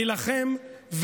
נילחם,